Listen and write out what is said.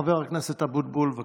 חבר הכנסת אבוטבול, בבקשה.